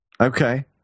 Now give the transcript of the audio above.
Okay